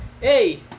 Hey